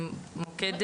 מוקד